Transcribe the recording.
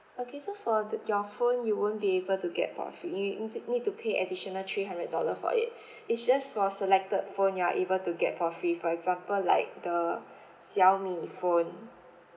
okay so for the your phone you won't be able to get for free you ne~ need to pay additional three hundred dollar for it it's just for selected phone you are able to get for free for example like the Xiaomi phone